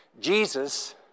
Jesus